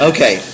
Okay